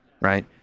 right